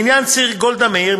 לעניין ציר גולדה מאיר,